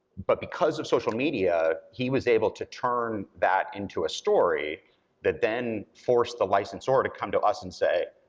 but because of social media, he was able to turn that into a story that then forced the licensor to come to us and say,